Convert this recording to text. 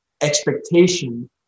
expectation